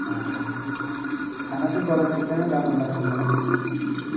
खाना चाहिँ बनाउन एकदमै राम्रो लाग्छ मलाई